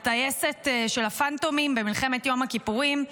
הטייסת של הפנטומים במלחמת יום הכיפורים.